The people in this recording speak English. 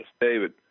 David